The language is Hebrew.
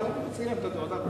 אבל אני מציין זאת כעובדה.